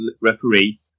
referee